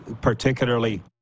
particularly